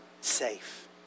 safe